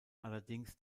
allerdings